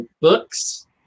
books